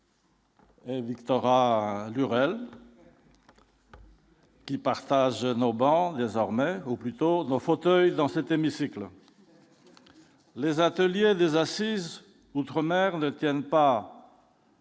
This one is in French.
Victorin Lurel. Qui partagent nos banques désormais au plus tôt le fauteuil dans cet hémicycle les ateliers des assises outre-mer ne tiennent pas.